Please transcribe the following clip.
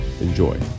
Enjoy